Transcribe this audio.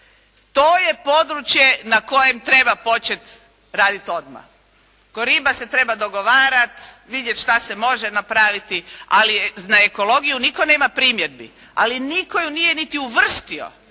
To je područje na kojem treba početi raditi odmah. Oko riba se treba dogovarati, vidjet šta se može napraviti, ali na ekologiju nitko nema primjedbi, ali nitko ju nije niti uvrstio,